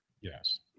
Yes